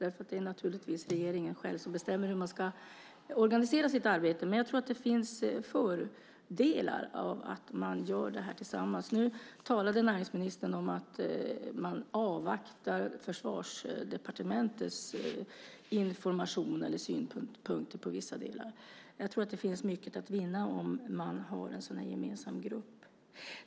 Givetvis är det regeringen själv som bestämmer hur man ska organisera sitt arbete, men jag tror att det finns fördelar i att man gör detta tillsammans. Näringsministern talade om att man avvaktar Försvarsdepartementets information och synpunkter på vissa delar. Det finns mycket att vinna av att ha en gemensam grupp.